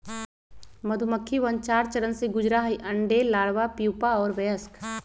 मधुमक्खिवन चार चरण से गुजरा हई अंडे, लार्वा, प्यूपा और वयस्क